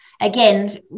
again